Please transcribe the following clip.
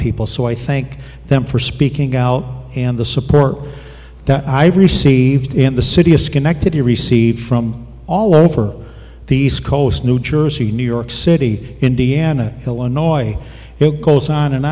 people so i thank them for speaking out and the support that i've received in the city of schenectady received from all over the east coast new jersey new york city indiana illinois it goes on and